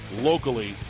locally